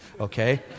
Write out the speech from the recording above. Okay